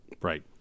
right